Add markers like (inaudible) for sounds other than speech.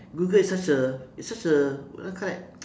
google is such a it's such a what you call that (noise)